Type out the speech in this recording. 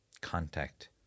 contact